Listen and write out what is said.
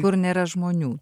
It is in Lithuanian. kur nėra žmonių